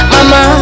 Mama